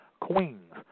queens